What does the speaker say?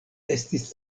estis